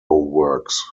works